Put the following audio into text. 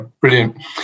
brilliant